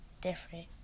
different